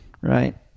right